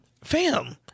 Fam